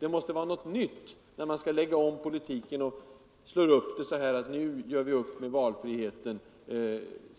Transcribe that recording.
Det måste vara något nytt när man skall lägga om politiken och slår upp det så här: ”Nu gör vi upp med valfrihetens